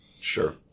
Sure